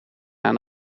aan